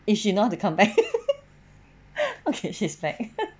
if she know how to come back okay she is back